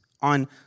on